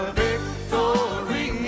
victory